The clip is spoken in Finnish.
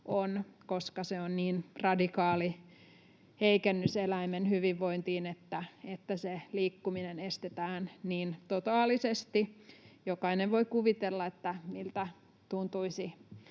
koska se on niin radikaali heikennys eläimen hyvinvointiin, että se liikkuminen estetään niin totaalisesti. Jokainen voi kuvitella, miltä tuntuisi